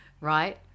right